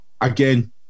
again